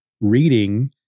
reading